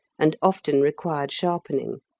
and often required sharpening.